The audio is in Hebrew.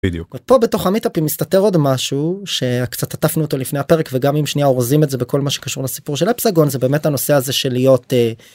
בדיוק. פה בתוך המיטאפים מסתתר עוד משהו שקצת עטפנו אותו לפני הפרק וגם אם שניה אורזים את זה בכל מה שקשור לסיפור של הפסגון זה באמת הנושא הזה של להיות...